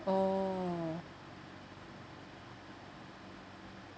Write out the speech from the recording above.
orh